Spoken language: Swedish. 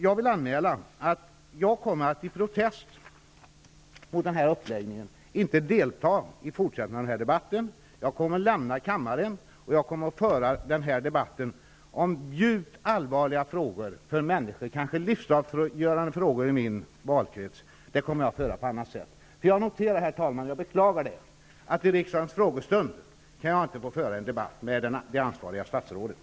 Jag vill anmäla att jag i protest mot denna uppläggning inte kommer att delta i fortsättningen av debatten. Jag kommer att lämna kammaren. Jag kommer att föra denna debatt på annat sätt. Den rör frågor som är djupt allvarliga, kanske livsavgörande för människor i min valkrets. Herr talman! Jag beklagar att jag vid riksdagens frågestund inte kan få föra en debatt med det ansvariga statsrådet.